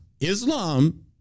Islam